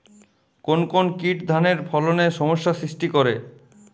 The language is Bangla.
কোন কোন কীট ধানের ফলনে সমস্যা সৃষ্টি করে?